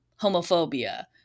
homophobia